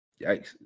Yikes